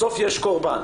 בסוף יש קורבן,